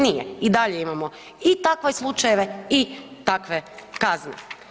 Nije i dalje imamo i takve slučajeve i takve kazne.